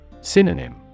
Synonym